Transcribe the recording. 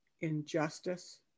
injustice